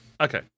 Okay